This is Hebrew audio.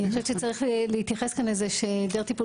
אני חושבת שצריך להתייחס כאן לזה שהעדר טיפול